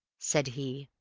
said he,